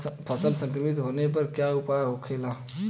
फसल संक्रमित होने पर क्या उपाय होखेला?